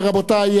רבותי,